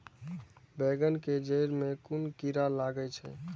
बेंगन के जेड़ में कुन कीरा लागे छै?